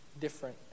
different